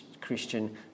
Christian